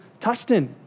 tustin